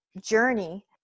journey